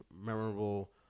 memorable